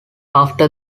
after